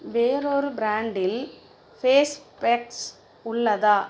வேறொரு பிராண்டில் face packs உள்ளதா